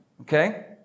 Okay